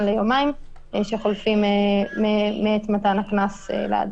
ליומיים שחולפים מעת מתן הקנס לאדם.